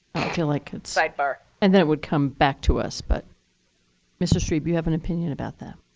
feel like it's sidebar. and then it would come back to us, but mr. strebe, you have an opinion about that?